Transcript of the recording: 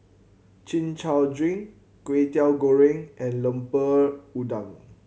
Chin Chow drink Kway Teow Goreng and Lemper Udang